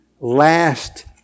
last